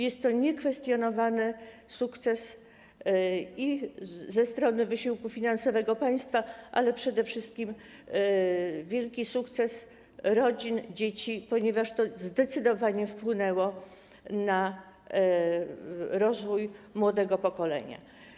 Jest to niekwestionowany sukces ze strony wysiłku finansowego państwa, ale przede wszystkim wielki sukces rodzin, dzieci, ponieważ to zdecydowanie wpłynęło na rozwój młodego pokolenia.